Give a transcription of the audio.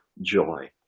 joy